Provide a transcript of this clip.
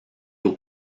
aux